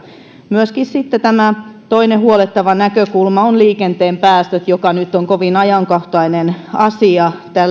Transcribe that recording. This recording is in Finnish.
myöskin toinen huolettava näkökulma on liikenteen päästöt joka nyt on kovin ajankohtainen asia